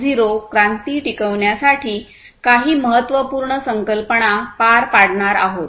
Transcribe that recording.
0 क्रांती टिकवण्यासाठी काही महत्त्वपूर्ण संकल्पना पार पाडणार आहोत